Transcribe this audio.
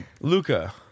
Luca